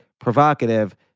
provocative